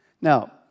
Now